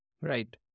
right